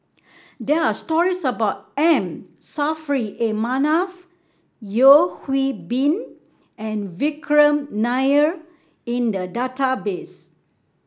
there are stories about M Saffri A Manaf Yeo Hwee Bin and Vikram Nair in the database